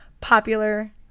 popular